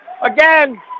Again